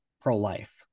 pro-life